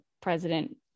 president